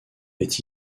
est